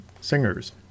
Singers